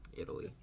Italy